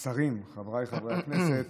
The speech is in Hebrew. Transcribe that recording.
השרים, חבריי חברי הכנסת,